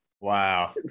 wow